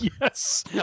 yes